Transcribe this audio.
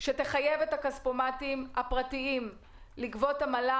שתחייב את הכספומטים הפרטיים לגבות עמלה